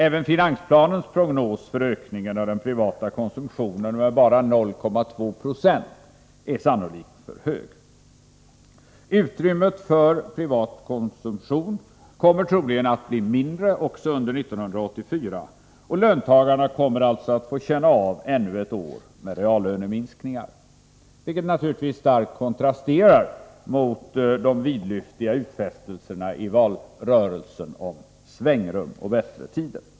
Även finansplanens prognos för ökningen av den privata konsumtionen med bara 0,2 26 är sannolikt för hög. Utrymmet för privat konsumtion kommer troligen att bli mindre också under 1984, och löntagarna kommer alltså att få vidkännas ännu ett år med reallöneminskningar, vilket naturligtvis starkt kontrasterar mot de vidlyftiga utfästelserna i valrörelsen om svängrum och bättre tider.